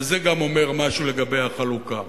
וגם זה אומר משהו לגבי החלוקה.